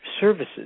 services